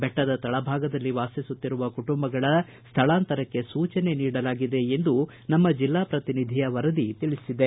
ಬೆಟ್ಟದ ತಳಭಾಗದಲ್ಲಿ ವಾಸಿಸುತ್ತಿರುವ ಕುಟುಂಬಗಳ ಸ್ಥಳಾಂತರಕ್ಕೆ ಸೂಚನೆ ನೀಡಲಾಗಿದೆ ಎಂದು ನಮ್ನ ಜಿಲ್ಲಾ ಪ್ರತಿನಿಧಿ ವರದಿ ತಿಳಿಸಿದೆ